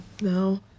No